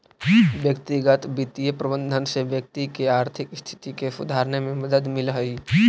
व्यक्तिगत वित्तीय प्रबंधन से व्यक्ति के आर्थिक स्थिति के सुधारने में मदद मिलऽ हइ